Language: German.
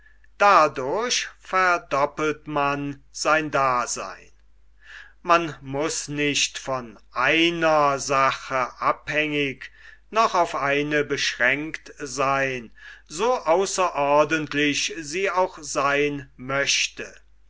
dadurch verdoppelt man sein daseyn man muß nicht von einer sache abhängig noch auf eine beschränkt seyn so außerordentlich sie auch seyn möchte